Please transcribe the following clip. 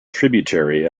tributary